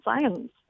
science